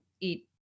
eat